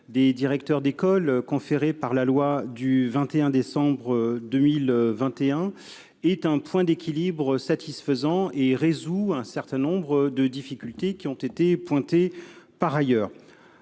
des directeurs d'école, conférée par la loi du 21 décembre 2021, est un point d'équilibre satisfaisait et résout un certain nombre de difficultés. Nous ne sommes pas